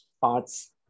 parts